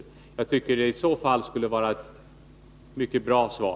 Jag tycker att det i så fall skulle vara ett mycket bra svar.